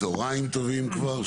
צהריים טובים כבר,